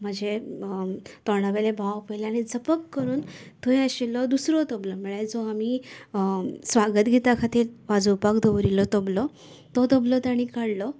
म्हजे तोंडावयले भाव पयलें आनी जपक्क करून थंय आशिल्लो दुसरो तबलो म्हळ्यार जो आमी स्वागत गिता खातीर वाजोवपाक दवरिल्लो तबलो तो तबलो तेंणी काडलो